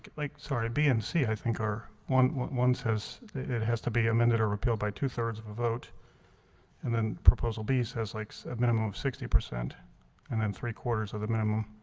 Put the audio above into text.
like sorry b, and c. i think are one one says it has to be amended or repealed by two-thirds of a vote and then proposal be says like a minimum of sixty percent and then three four of the minimum